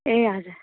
ए हजुर